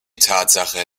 tatsache